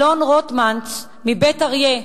אלון רוטמנש מבית-אריה,